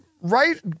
right